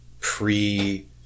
pre